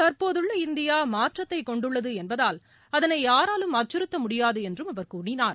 தற்போதுள்ள இந்தியா மாற்றத்தை கொண்டுள்ளது என்பதால் அதனை யாராலும் அச்சுறுத்த முடியாது என்றும் அவர் கூறினார்